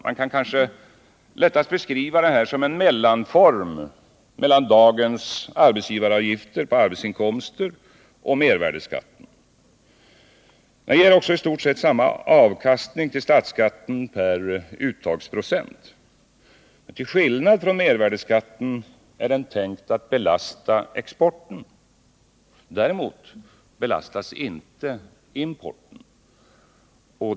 Man kan kanske lättast beskriva den som en mellanform mellan dagens arbetsgivaravgifter på arbetsinkomster och mervärdeskatten. Den ger också i stort sett samma avkastning till statsskatten per uttagsprocent. Till skillnad från mervärdeskatten är den tänkt att belasta exporten. Däremot belastas inte importen.